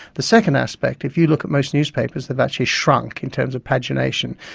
the second aspect, if you look at most newspapers, they've actually shrunk in terms of pagination.